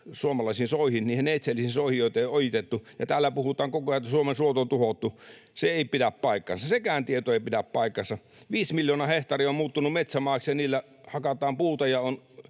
suomalaisiin soihin, niihin neitseellisiin soihin, joita ei ole ojitettu, ja täällä puhutaan koko ajan, että Suomen suot on tuhottu. Se ei pidä paikkaansa. Sekään tieto ei pidä paikkaansa. 5 miljoonaa hehtaaria on muuttunut metsämaaksi, ja niillä hakataan puuta